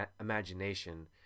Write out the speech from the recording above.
imagination